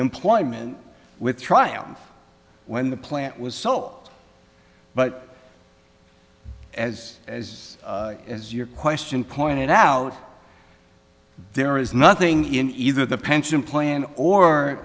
employment with triumph when the plant was so but as as as your question pointed out there is nothing in either the pension plan or